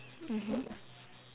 mmhmm